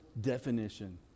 definition